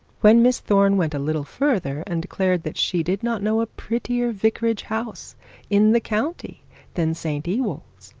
when miss thorne went a little further and declared that she did not know a prettier vicarage-house in the country than st ewold's,